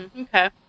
Okay